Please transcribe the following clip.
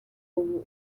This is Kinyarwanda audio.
uba